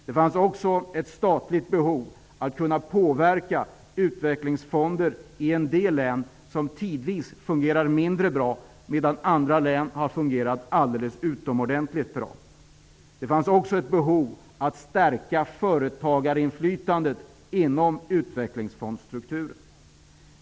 Det finns ett statligt behov att kunna påverka utvecklingsfonder i en del län som tidvis fungerar mindre bra, medan utvecklingsfonder i andra har fungerat alldeles utomordentligt bra. Det finns också ett behov att stärka företagarinflytandet inom utvecklingsfondsstrukturen.